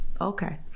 okay